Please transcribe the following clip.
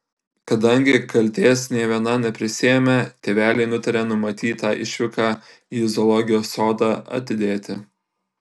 kadangi kaltės nė viena neprisiėmė tėveliai nutarė numatytą išvyką į zoologijos sodą atidėti